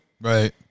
Right